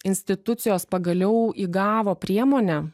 institucijos pagaliau įgavo priemonę